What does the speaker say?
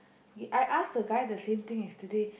I ask the guy the same thing yesterday